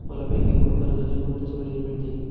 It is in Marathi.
मला बँकेकडून कर्जाच्या कोणत्या सवलती मिळतील?